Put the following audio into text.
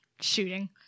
shooting